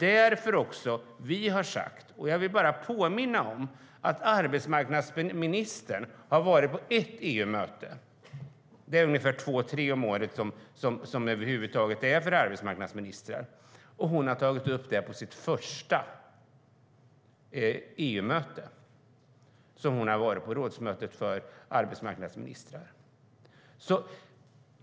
Jag vill bara påminna om att arbetsmarknadsministern har deltagit i ett EU-möte. Arbetsmarknadsministrarna har två till tre möten om året, och vår minister tog upp frågan på sitt första rådsmöte för arbetsmarknadsministrar.